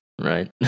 right